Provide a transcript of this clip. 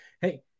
Hey